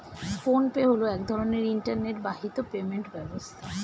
phone pay হলো এক ধরনের ইন্টারনেট বাহিত পেমেন্ট ব্যবস্থা